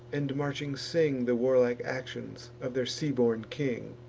and marching sing the warlike actions of their sea-born king